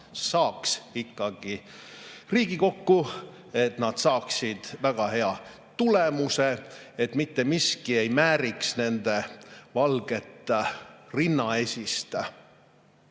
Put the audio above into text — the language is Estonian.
saaks ikkagi Riigikokku, et nad saaksid väga hea tulemuse, et mitte miski ei määriks nende valget rinnaesist.